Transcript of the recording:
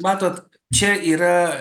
matot čia yra